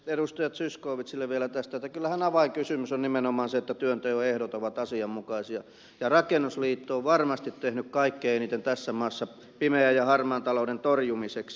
zyskowizcille vielä tästä että kyllähän avainkysymys nimenomaan on se että työnteonehdot ovat asianmukaisia ja rakennusliitto on varmasti tehnyt kaikkein eniten tässä maassa pimeän ja harmaan talouden torjumiseksi